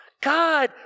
god